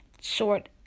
short